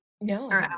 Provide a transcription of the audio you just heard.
No